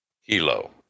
Hilo